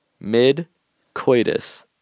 mid-coitus